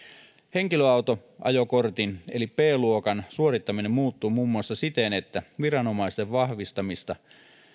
henkilöautoajokortin eli b luokan suorittaminen muuttuu muun muassa siten että viranomaisten vahvistamista